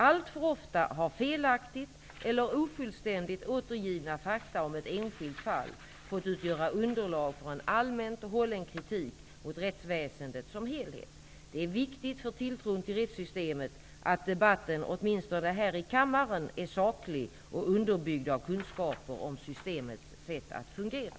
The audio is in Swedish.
Alltför ofta har felaktigt eller ofullständigt återgivna fakta om ett enskilt fall fått utgöra underlag för en allmänt hållen kritik mot rättsväsendet som helhet. Det är viktigt för tilltron till rättssystemet att debatten åtminstone här i kammaren är saklig och underbyggd av kunskaper om systemets sätt att fungera.